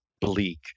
bleak